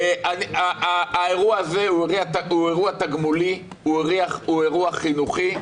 האירוע הזה הוא אירוע תגמולי, הוא אירוע חינוכי.